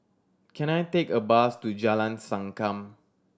can I take a bus to Jalan Sankam